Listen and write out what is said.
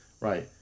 Right